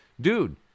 dude